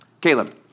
Caleb